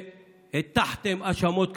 שהטחתם האשמות קשות,